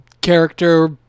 character